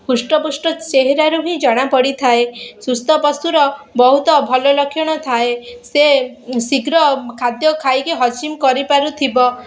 ହୃଷ୍ଟପୃଷ୍ଟ ଚେହେରାରୁ ହିଁ ଜଣାପଡ଼ିଥାଏ ସୁସ୍ଥ ପଶୁର ବହୁତ ଭଲ ଲକ୍ଷଣ ଥାଏ ସେ ଶୀଘ୍ର ଖାଦ୍ୟ ଖାଇକି ହଜମ କରିପାରୁଥିବ